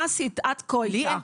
מה עשית עד כה איתה?